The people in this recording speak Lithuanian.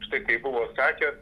štai kaip buvo sakęs